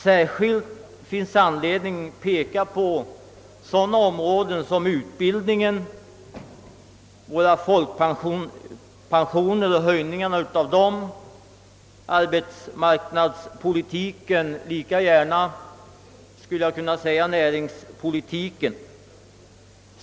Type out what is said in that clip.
Särskilt finns det anledning att peka på sådana saker som utbildning, höjning av folkpensionerna, arbetsmarknadspolitiken, som lika gärna skulle kunna kallas näringspolitiken.